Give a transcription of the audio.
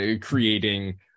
creating